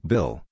Bill